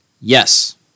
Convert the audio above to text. Yes